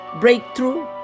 breakthrough